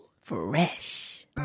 Fresh